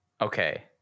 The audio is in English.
okay